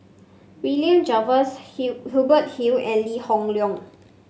William Jervois Hill Hubert Hill and Lee Hoon Leong